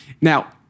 Now